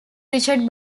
richard